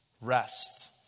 rest